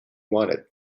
wanted